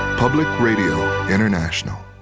public radio international